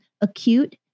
acute